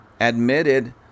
admitted